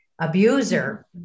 abuser